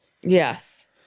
yes